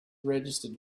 registered